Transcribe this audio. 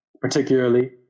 particularly